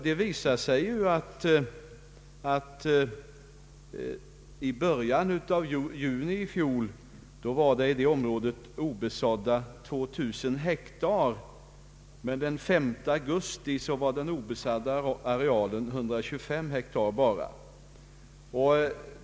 Det visade sig att den obesådda arealen i området i början av juni uppgick till 2 000 hektar, men den 5 augusti var den obesådda arealen bara 125 hektar.